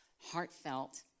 Heartfelt